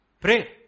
Pray